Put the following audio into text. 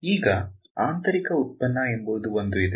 ಈಗ ಆಂತರಿಕ ಉತ್ಪನ್ನ ಎಂಬುದು ಒಂದು ಇದೆ